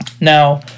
Now